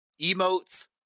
emotes